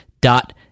dot